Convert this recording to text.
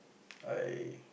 I